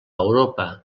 europa